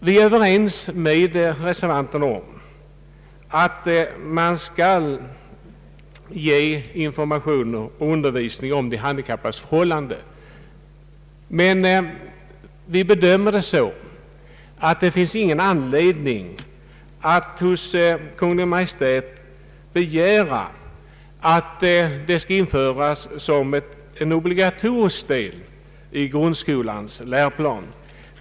Vi är överens med reservanterna om att man skall ge information och undervisning om de handikappades förhållanden, men vi anser inte att det finns anledning att hos Kungl. Maj:t begära att detta skall införas som en obligatorisk del i grundskolans läroplan.